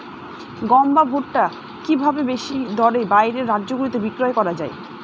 গম বা ভুট্ট কি ভাবে বেশি দরে বাইরের রাজ্যগুলিতে বিক্রয় করা য়ায়?